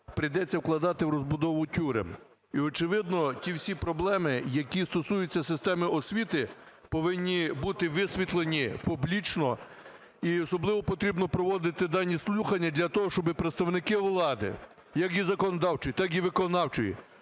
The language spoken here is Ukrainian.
прийдеться вкладати в розбудову тюрем. І очевидно ті всі проблеми, які стосуються системи освіти, повинні бути висвітлені публічно і особливо потрібно проводити дані слухання для того, щоб представники у влади як і законодавчої, так і виконавчої,